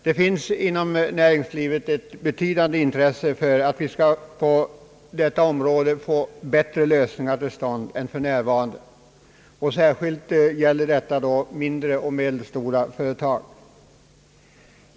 Det finns inom näringslivet ett betydande intresse för att på detta område få till stånd bättre lösningar än de nuvarande. Särskilt gäller detta mindre och medelstora företag.